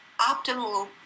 optimal